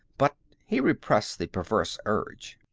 but he repressed the perverse urge.